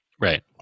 Right